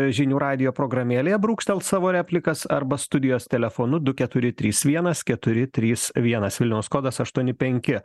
žinių radijo programėlėje brūkštelt savo replikas arba studijos telefonu du keturi trys vienas keturi trys vienas vilniaus kodas aštuoni penki